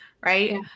right